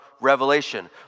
Revelation